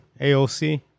AOC